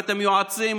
הבאתם יועצים,